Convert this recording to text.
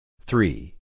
Three